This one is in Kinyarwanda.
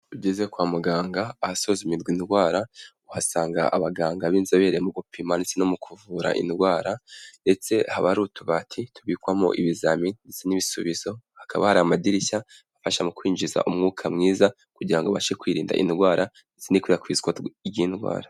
Ugeze kwa muganga ahasuzumirwa indwara, uhasanga abaganga b'inzobere mu gupima. Ndetse no mu kuvura indwara, ndetse haba ari utubati tubikwamo ibizamini n'ibisubizo, hakaba hari amadirishya afasha mu kwinjiza umwuka mwiza, kugira babashe kwirinda indwara ndetse n'ikwirakwizwa ry'indwara.